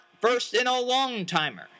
first-in-a-long-timer